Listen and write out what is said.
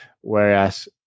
whereas